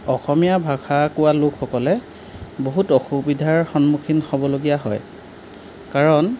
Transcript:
অসমীয়া ভাষা কোৱা লোকসকলে বহুত অসুবিধাৰ সন্মুখীন হ'বলগীয়া হয় কাৰণ